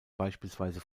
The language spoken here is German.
beispielsweise